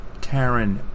Taryn